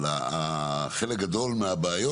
אבל יש לכם עוד מספיק בעיות